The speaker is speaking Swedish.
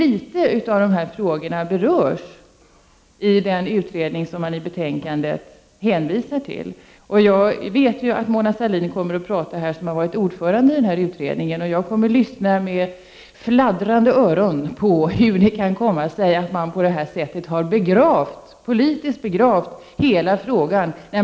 I den utredning som man i betänkandet hänvisar till berörs bara en liten del av dessa frågor. Mona Sahlin, som tidigare har varit ordförande i denna utredning, kommer senare att tala här, och jag kommer att lyssna ”med fladdrande öron” för att få reda på hur det kan komma sig att man på detta sätt från politisk synpunkt har begravt hela frågan.